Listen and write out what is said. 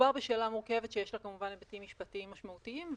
מדובר בשאלה מורכבת שיש לה היבטים משפטיים משמעותיים,